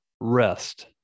Rest